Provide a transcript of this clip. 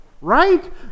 Right